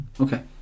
Okay